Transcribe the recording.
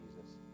Jesus